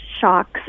shocks